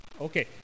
Okay